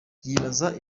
yibaza